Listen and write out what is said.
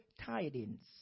tidings